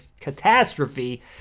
catastrophe